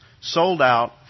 sold-out